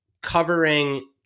covering